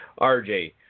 rj